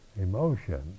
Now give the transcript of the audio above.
emotion